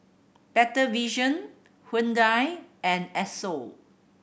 Better Vision Hyundai and Esso